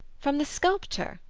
from the sculptor,